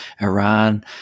Iran